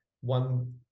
one